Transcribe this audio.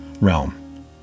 realm